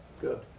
good